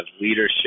leadership